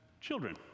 Children